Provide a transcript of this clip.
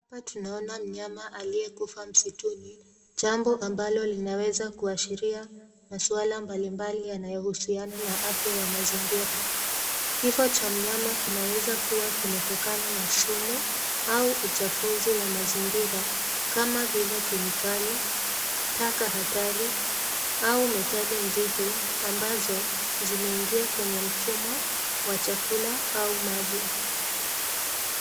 Hapa tunaona mnyama aliyekufa msituni, jambo ambalo linaweza kuashiria maswala mbalimbali yanayohusiana na afya ya mazingira. Kifo cha mnyama kinaweza kuwa kimetokana na sumu au uchafuzi wa mazingira kama vile kemikali, taka hatari, au metali nzito ambazo zimeingia kwenye mfumo wa chakula au maji.